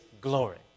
glory